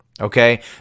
Okay